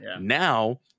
Now